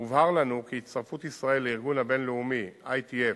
הובהר לנו כי הצטרפות ישראל לארגון הבין-לאומי ITF